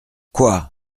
quoi